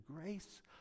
grace